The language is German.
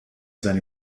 seine